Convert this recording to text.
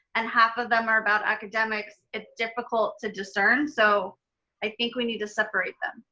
and half of them are about academics, it's difficult to discern, so i think we need to separate them.